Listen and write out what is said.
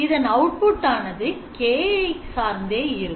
இதன் அவுட்புட் ஆனது K சார்ந்தே இருக்கும்